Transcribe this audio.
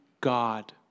God